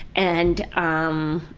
and um.